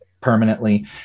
permanently